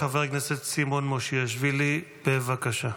חבר הכנסת סימון מושיאשוילי, בבקשה.